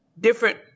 Different